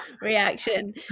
reaction